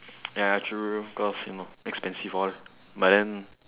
ya ya true cause you know expensive lor but then